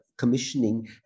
commissioning